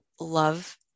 love